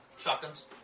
Shotguns